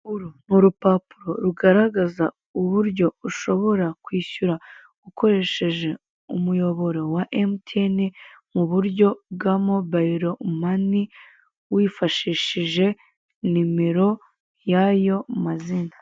Uru ni urupapuro rugaragaza uburyo ushobora kwishyura ukoresheje umuyoboro wa Emutiyeni, mu buryo bwa mobayiro mani; wifashishije nimero y'ayo mazina.